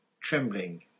trembling